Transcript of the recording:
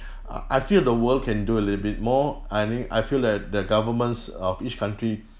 uh I feel the world can do a little bit more I think I feel like the governments of each country